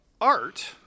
art